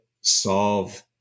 solve